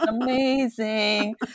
amazing